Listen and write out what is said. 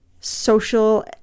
social